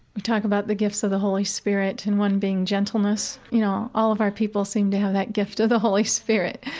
we talk about the gifts of the holy spirit and one being gentleness. you know, all of our people seem to have that gift of the holy spirit,